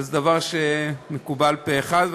וזה דבר שמקובל פה-אחד.